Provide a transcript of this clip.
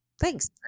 thanks